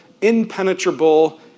impenetrable